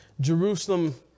Jerusalem